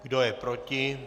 Kdo je proti?